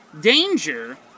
danger